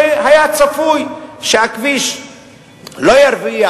כשהיה צפוי שהכביש לא ירוויח,